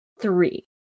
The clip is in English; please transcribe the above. three